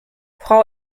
frau